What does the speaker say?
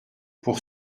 pour